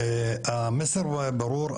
המסר ברור,